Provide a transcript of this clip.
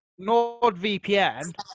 NordVPN